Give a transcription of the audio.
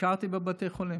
ביקרתי בבתי חולים.